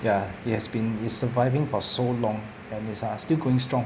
ya it has been it's surviving for so long and it's uh still going strong